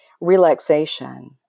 relaxation